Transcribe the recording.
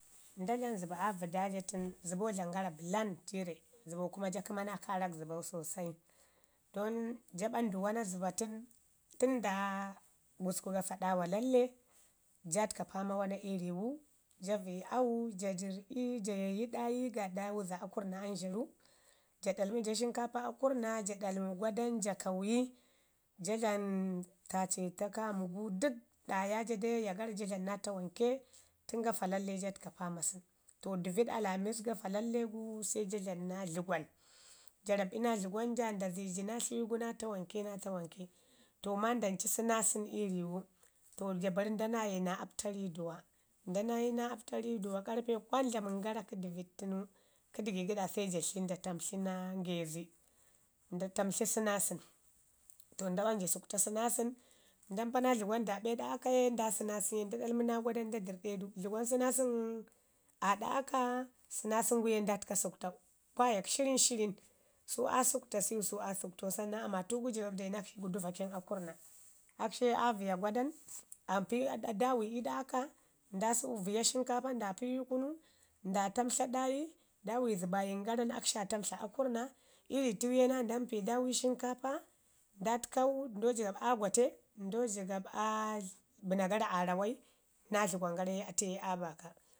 Nda dlamu zəba aa vəda tən, zəbau dlamən gara bəlan jiirre, zəba kuma ja kəma naa karak zəbau sosai don ja ɓandu wana zəbau təni tən da gusku gafa ɗawa lalle, ja təka fama naa mana ii riwu, ja vəyi au, ja dərri, ja yayi ɗayi gaaɗa wuza akurna amzhara, ja ɗalmi jo shimkapa akurrna ja ɗalmi gwadanu ja kauyi ja dlamu taceto kaamu gu, dək ɗaaya jada yaya garai ja dlamu naa tawanke tən gafa lalle ja təka fama sən. To dəviɗ alamis gafa lalle gu se ja dlamu naa dləgwan, ja rab'i naa dləgwan ja nda ziji naa tliwi gu naa tamanke naa tamanke. To ma ndancu sənaasən ii riwu, to ja bari nda naaye naa apta riduwa nda naayi na apto riduwa karpe kwan dlamən gala kə dəviɗ tənu kə dəgigəɗa se nda tamtli naa ngezi, nda tamtli sənasən to nda ɓanji sukta sənasəni nda mpa naa dləgwan daaɓa iiɗa aka ye sənasən ye nda ɗalmu naagwadanu nda dərrɗe du. Dləgman sənaasən aa ɗa aka, sənaasən gu ye nda təka suktau kwaayak shiwin shiwin, su aa sukta siimu su aa suktau, sannan amaatu gu jigaɓ dayi nakshi ii gudu vakin akurana, akshi ye aa viya gwadam aa mpi dawai ii ɗa akan nda viya shinkapa nda piwu ii kunu, nda tamtla ɗaayi, daami zəbagyin garan akshi aa tamtla akurrna, iiri tiwu ye ndampi daami shinkapa nda təkau, ndau jigaɓ aa gmate, nadan jigaɓ aa bəna gaola aaramai naa dləgman ye atu ye aa baaka.